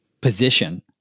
position